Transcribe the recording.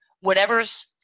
whatever's